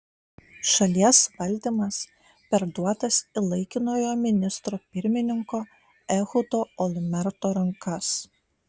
šalies valdymas perduotas į laikinojo ministro pirmininko ehudo olmerto rankas